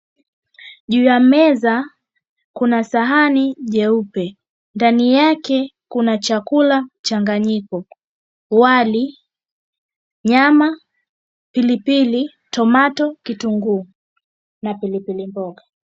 Juu ya meza kuna sahani jeupe. Ndani yake kuna chakula changanyiko wali, nyama, pilipili, tomato , kitunguu na pilipili mboga.